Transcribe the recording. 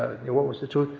what was the truth?